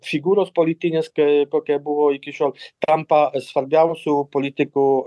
figūros politinės kai tokia buvo iki šiol tampa svarbiausiu politiku